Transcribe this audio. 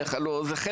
אני מבקש